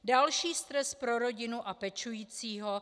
Další stres pro rodinu a pečujícího.